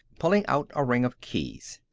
pulling out a ring of keys.